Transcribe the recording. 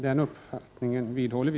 Den uppfattningen vidhåller vi.